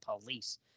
police